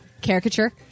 Caricature